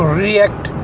react